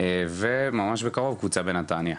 וממש בקרוב קבוצה בנתניה.